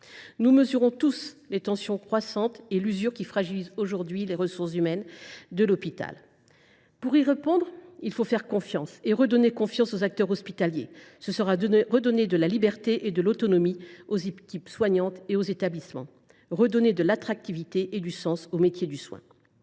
Nous mesurons tous les tensions croissantes et l’usure qui fragilisent aujourd’hui les ressources humaines de l’hôpital. Pour y répondre, il faut faire confiance et redonner espoir aux acteurs hospitaliers, ce qui permettra de rendre de la liberté et de l’autonomie aux équipes soignantes et aux établissements, ainsi que de l’attractivité et du sens aux métiers du soin.